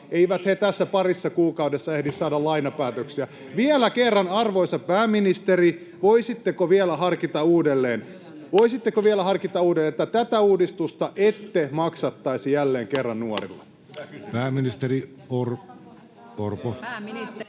Eivät he tässä parissa kuukaudessa ehdi saada lainapäätöksiä. Vielä kerran, arvoisa pääministeri: voisitteko vielä harkita uudelleen, voisitteko vielä harkita uudelleen, että tätä uudistusta ette maksattaisi jälleen kerran nuorilla? Pääministeri Orpo...